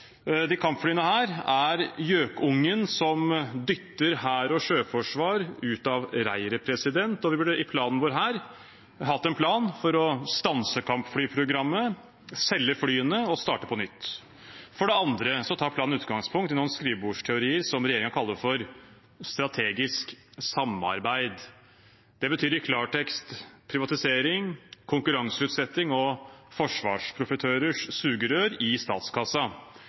kampflyene er gjøkungen som dytter hær og sjøforsvar ut av reiret, og vi burde i planen vår hatt en plan for å stanse kampflyprogrammet, selge flyene og starte på nytt. For det andre tar planen utgangspunkt i noen skrivebordsteorier som regjeringen kaller strategisk samarbeid. Det betyr i klartekst privatisering, konkurranseutsetting og forsvarsprofitørers sugerør i